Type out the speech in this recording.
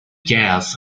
jazz